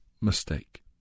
mistake